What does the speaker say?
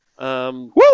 Woo